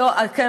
לא חבל?